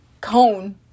Cone